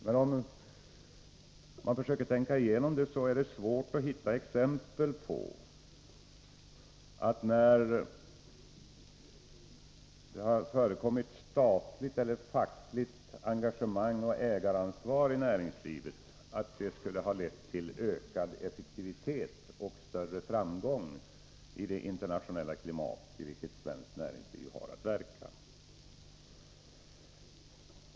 Men om man försöker tänka igenom det hela är det svårt att hitta exempel på att statligt eller fackligt engagemang och ägaransvar i näringslivet, när det har förekommit, skulle ha lett till ökad effektivitet och större framgång i det internationella klimat i vilket svenskt näringsliv har att verka.